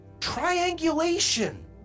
Triangulation